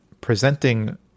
presenting